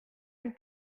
une